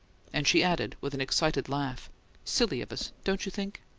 and she added, with an excited laugh silly of us, don't you think?